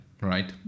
Right